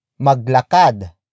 maglakad